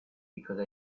because